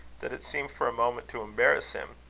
that it seemed for a moment to embarrass him,